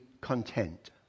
content